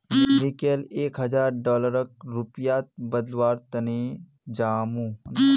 मी कैल एक हजार डॉलरक रुपयात बदलवार तने जामु